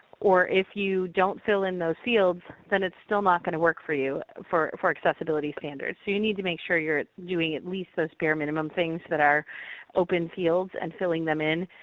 or if you don't fill in those fields, then it's still not going to work for you for for accessibility standards. you you need to make sure you're doing at least those bare minimum things that are open fields and filling them in,